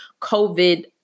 COVID